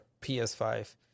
PS5